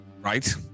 Right